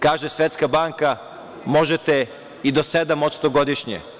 Kaže Svetska banka – možete i do 7% godišnje.